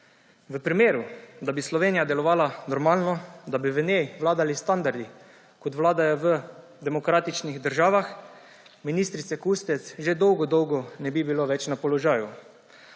Kustec. Če bi Slovenija delovala normalno, če bi v njej vladali standardi, kot vladajo v demokratičnih državah, ministrice Kustec že dolgo dolgo ne bi bilo več na položaju.